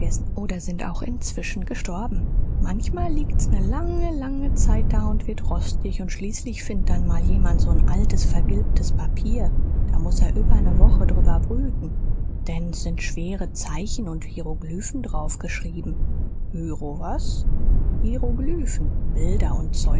oder sind auch inzwischen gestorben manchmal liegt's ne lange lange zeit da und wird rostig und schließlich find dann mal jemand so n altes vergilbtes papier da muß er über ne woche drüber brüten denn s sind schwere zeichen und hieroglyphen drauf geschrieben hiero was hieroglyphen bilder und